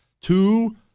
Two